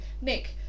Nick